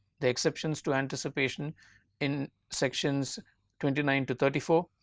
the exceptions to anticipation in sections twenty nine to thirty four,